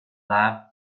dda